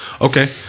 Okay